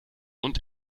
und